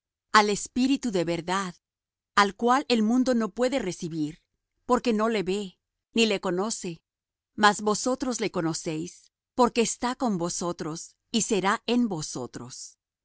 al espíritu de verdad al cual el mundo no puede recibir porque no le ve ni le conoce mas vosotros le conocéis porque está con vosotros y será en vosotros